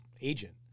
agent